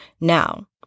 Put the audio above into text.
Now